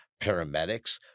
paramedics